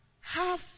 half